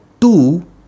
two